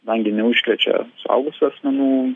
kadangi neužkrečia suaugusių asmenų